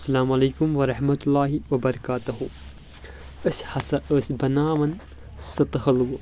اسلامُ علیکم السلام ورحمۃ اللہ وبرکاتہُ أسۍ ہسا ٲسۍ بناوان سٔتہٕ حلوٕ